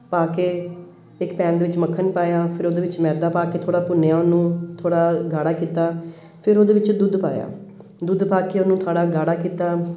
ਪਾ ਕੇ ਇੱਕ ਪੈਨ ਦੇ ਵਿੱਚ ਮੱਖਣ ਪਾਇਆ ਫਿਰ ਉਹਦੇ ਵਿੱਚ ਮੈਦਾ ਪਾ ਕੇ ਥੋੜ੍ਹਾ ਭੁੰਨਿਆ ਉਹਨੂੰ ਥੋੜ੍ਹਾ ਗਾੜਾ ਕੀਤਾ ਫਿਰ ਉਹਦੇ ਵਿੱਚ ਦੁੱਧ ਪਾਇਆ ਦੁੱਧ ਪਾ ਕੇ ਉਹਨੂੰ ਥੋੜ੍ਹਾ ਗਾੜਾ ਕੀਤਾ